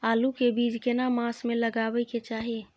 आलू के बीज केना मास में लगाबै के चाही?